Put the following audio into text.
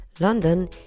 London